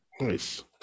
Nice